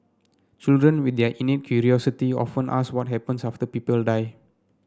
children with their innate curiosity often ask what happens after people die